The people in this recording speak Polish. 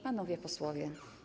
Panowie Posłowie!